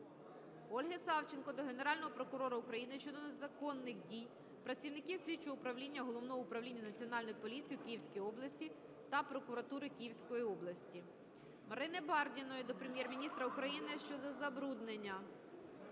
Ольги Савченко до Генерального прокурора України щодо незаконних дій працівників слідчого управління Головного управління Національної поліції в Київській області та прокуратури Київської області. Марини Бардіної до Прем'єр-міністра України щодо забруднення